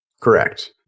Correct